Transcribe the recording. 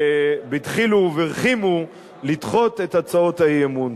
בדחילו ורחימו, לדחות את הצעות האי-אמון.